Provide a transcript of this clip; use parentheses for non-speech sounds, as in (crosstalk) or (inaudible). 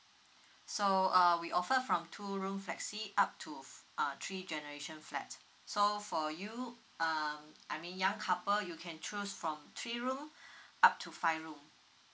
so uh we offer from two room flexi up to f~ uh three generation flat so for you uh I mean young couple you can choose from three room (breath) up to five room